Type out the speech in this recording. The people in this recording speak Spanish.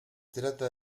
trata